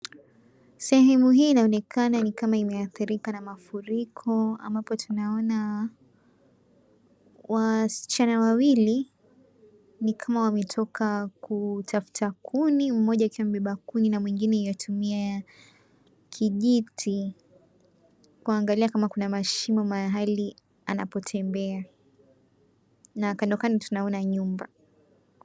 Sehemu hiii inaonekana ni kama imeathirika na mafuriko ambapo tunaona wasichana wawili. Ni kama wametoka kutafuta kuni, mmoja akiwa amebeba kuni na mwengine ywatumia kijiti kuangalia kama kuna mashimo mahali anapotembea na kandokando tunaona nyumba.